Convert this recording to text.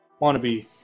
Wannabe